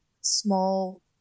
small